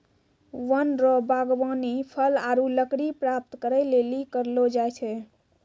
वन रो वागबानी फल आरु लकड़ी प्राप्त करै लेली करलो जाय छै